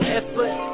effort